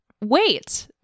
wait